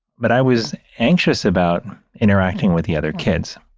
but i was anxious about interacting with the other kids.